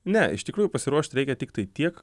ne iš tikrųjų pasiruošt reikia tiktai tiek